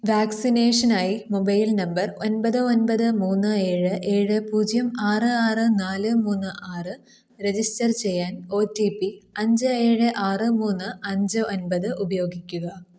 വാക്സിനേഷനായി mobile number ഒൻപത് ഒൻപത് മൂന്ന് ഏഴ് ഏഴ് പൂജ്യം ആറ് ആറ് നാല് മൂന്ന് ആറ് രജിസ്റ്റർ ചെയ്യാൻ ഒ ടി പി അഞ്ച് ഏഴ് ആറ് മൂന്ന് അഞ്ച് ഒൻപത് ഉപയോഗിക്കുക